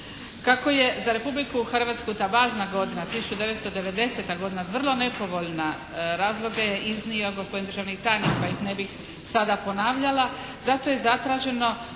Kako je za Republiku Hrvatsku ta bazna godina 1990. godina vrlo nepovoljna, razloge je iznio gospodin državni tajnik pa ih ne bi sada ponavljala, zato je zatraženo